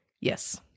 Yes